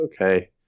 okay